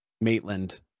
Maitland